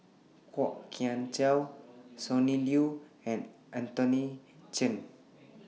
Kwok Kian Chow Sonny Liew and Anthony Chen